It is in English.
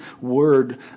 word